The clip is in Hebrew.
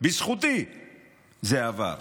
בזכותי זה עבר.